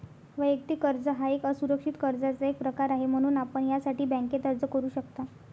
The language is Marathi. वैयक्तिक कर्ज हा एक असुरक्षित कर्जाचा एक प्रकार आहे, म्हणून आपण यासाठी बँकेत अर्ज करू शकता